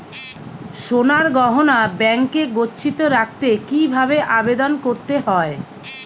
সোনার গহনা ব্যাংকে গচ্ছিত রাখতে কি ভাবে আবেদন করতে হয়?